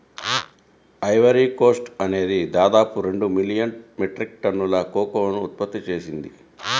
Ivory Coast అనేది దాదాపు రెండు మిలియన్ మెట్రిక్ టన్నుల కోకోను ఉత్పత్తి చేసింది